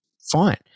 fine